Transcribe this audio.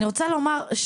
אני רוצה לומר,